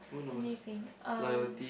let me think um